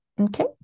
okay